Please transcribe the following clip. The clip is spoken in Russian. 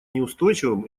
неустойчивым